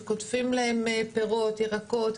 שקוטפים להם פירות וירקות.